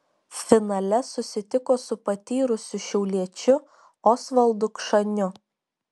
finale susitiko su patyrusiu šiauliečiu osvaldu kšaniu